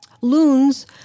loons